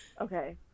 Okay